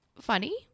funny